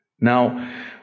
Now